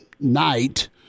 night